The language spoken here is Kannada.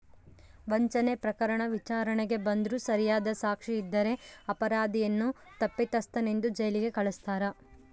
ವಂಚನೆ ಪ್ರಕರಣ ವಿಚಾರಣೆಗೆ ಬಂದ್ರೂ ಸರಿಯಾದ ಸಾಕ್ಷಿ ಇದ್ದರೆ ಅಪರಾಧಿಯನ್ನು ತಪ್ಪಿತಸ್ಥನೆಂದು ಜೈಲಿಗೆ ಕಳಸ್ತಾರ